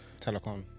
telecom